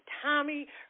Tommy